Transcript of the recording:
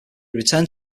returned